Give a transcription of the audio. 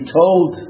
told